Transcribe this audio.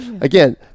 again